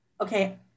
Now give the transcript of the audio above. Okay